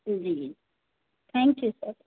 जी जी thank you sir